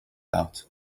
out